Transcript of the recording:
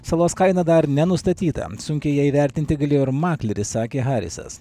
salos kaina dar nenustatyta sunkiai ją įvertinti galėjo ir makleris sakė harisas